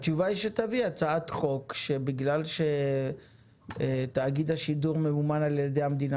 התשובה היא שתביא הצעת חוק שבגלל שתאגיד השידור ממומן על ידי המדינה,